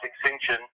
extinction